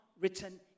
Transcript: written